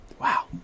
Wow